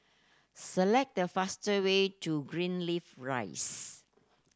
select the faster way to Greenleaf Rise